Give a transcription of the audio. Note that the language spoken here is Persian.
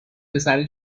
پسر